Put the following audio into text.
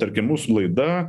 tarkim mūsų laida